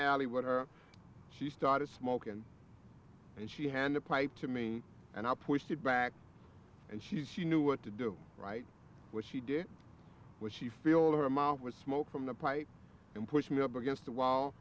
abbi what are she started smoking and she handed pipe to me and i pushed it back and she she knew what to do right what she did was she feel her mouth was smoke from the pipe and pushed me up against the wall